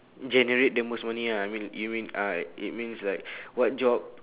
generate the most money ya I mean even alright it means like what job